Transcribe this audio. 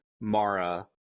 Mara